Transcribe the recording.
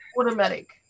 automatic